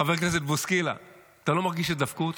חבר הכנסת בוסקילה: אתה לא מרגיש שדפקו אותך?